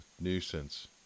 nuisance